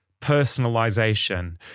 personalization